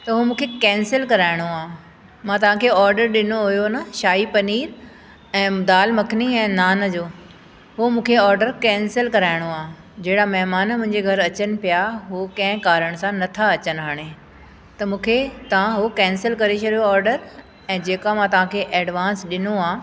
उहो मूंखे केंसिल कराइणो आहे मां तव्हां खे ऑडर ॾिनो हुयो न शाही पनीर ऐं दाल मखनी ऐं नान जो उहो मूंखे ऑडर केंसल कराइणो आहे जहिड़ा महिमान मुंहिंजे घर अचनि पिया हू कंहिं कारण सां नथां अचनि हाणे त मूंखे तव्हां उहो केंसल करे छॾियो ऑडर ऐं जेका मां तव्हांखे एडिवांस ॾिनो आहे